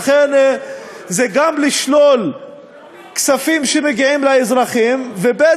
לכן זה גם לשלול כספים שמגיעים לאזרחים, וב.